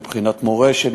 מבחינת מורשת,